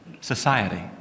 society